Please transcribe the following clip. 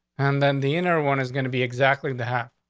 and then the inner one is going to be exactly the half,